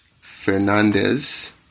Fernandez